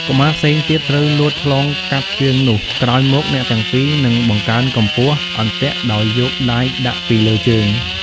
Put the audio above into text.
កុមារផ្សេងទៀតត្រូវលោតឆ្លងកាត់ជើងនោះ ក្រោយមក អ្នកទាំងពីរនឹងបង្កើនកម្ពស់អន្ទាក់ដោយយកដៃដាក់ពីលើជើង ។